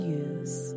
use